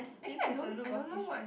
actually I don't I don't know what